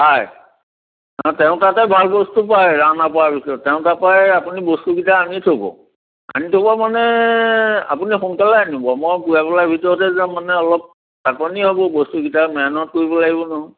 পায় তেওঁ তাতে ভাল বস্তু পায় ৰাওনা পাৰা ভিতৰত তেওঁ তাপায় আপুনি বস্তুকেইটা আনি থ'ব আনি থ'ব মানে আপুনি সোনকালে আনিব মই পুৱা বেলাৰ ভিতৰতে যাম মানে অলপ খাটনি হ'ব বস্তুকেইটা মেহনত কৰিব লাগিব নহয়